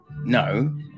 No